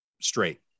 straight